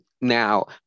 Now